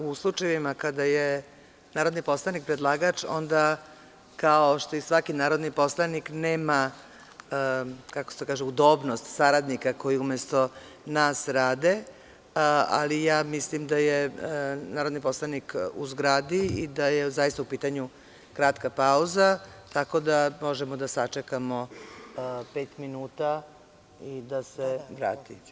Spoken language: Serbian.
U slučajevima kada je narodni poslanik predlagač onda kao što i svaki narodni poslanik nema udobnost saradnika koji umesto nas rade, ali ja mislim narodni poslanik u zgradi i da je zaista u pitanju kratka pauza, tako da možemo da sačekamo pet minuta i da se vrati.